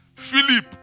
Philip